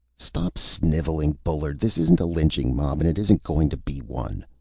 stop snivelling, bullard, this isn't a lynching mob, and it isn't going to be one!